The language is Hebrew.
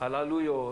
על העלויות.